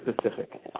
specific